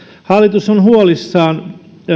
hallitus on huolissaan